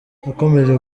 nakomeje